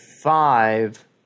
five